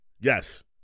yes